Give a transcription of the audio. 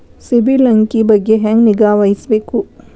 ಸಿಬಿಲ್ ಅಂಕಿ ಬಗ್ಗೆ ಹೆಂಗ್ ನಿಗಾವಹಿಸಬೇಕು?